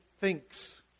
thinks